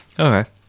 Okay